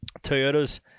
Toyotas